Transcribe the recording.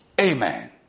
Amen